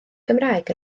gymraeg